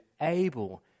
able